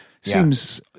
seems